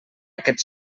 aquest